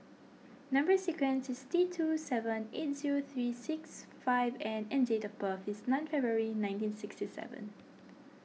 Number Sequence is T two seven eight zero three six five N and date of birth is nine February nineteen sixty seven